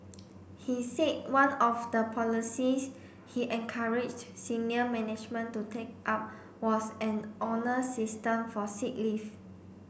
he said one of the policies he encouraged senior management to take up was an honour system for sick leave